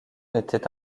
était